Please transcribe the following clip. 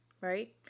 right